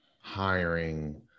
hiring